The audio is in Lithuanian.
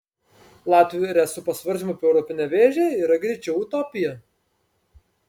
latvių ir estų pasvarstymai apie europinę vėžę yra greičiau utopija